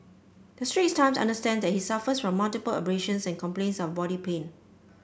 the Straits Times understands that he suffers from multiple abrasions and complains of body pain